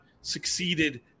succeeded